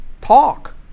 talk